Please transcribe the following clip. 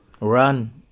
Run